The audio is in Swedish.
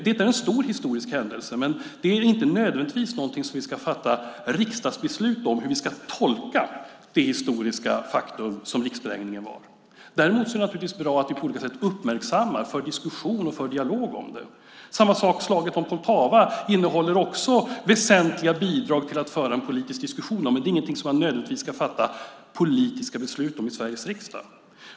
Detta är en stor historisk händelse, men vi ska inte nödvändigtvis fatta riksdagsbeslut om hur vi ska tolka rikssprängningen som historiskt faktum. Däremot är det naturligtvis bra att vi på olika sätt uppmärksammar det, för en diskussion och har en dialog om det. Samma sak är det med slaget om Poltava som också ger väsentliga bidrag till en politisk diskussion. Men det är ingenting som man nödvändigtvis ska fatta politiska beslut om i Sveriges riksdag.